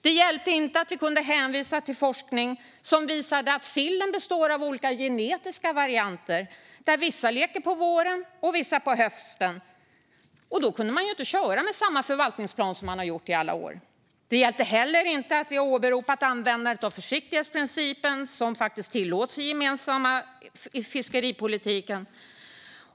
Det hjälpte inte att vi kunde hänvisa till forskning som visade att sillen består av olika genetiska varianter där vissa leker på våren och vissa på hösten och att man då inte kunde köra med samma förvaltningsplan som man haft i alla år. Det hjälpte heller inte att vi åberopade användandet av försiktighetsprincipen, som faktiskt tillåts i den gemensamma fiskeripolitiken.